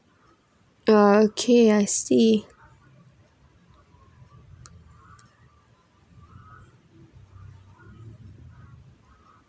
oh okay I see